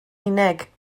unig